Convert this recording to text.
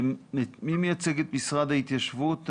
מי מייצג את משרד ההתיישבות?